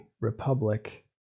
Republic